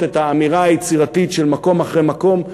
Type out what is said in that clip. את האמירה היצירתית של מקום אחרי מקום,